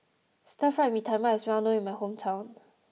Stir Fried Mee Tai Mak is well known in my hometown